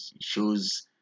shows